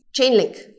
Chainlink